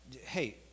hey